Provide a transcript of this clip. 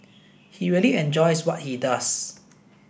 he really enjoys what he does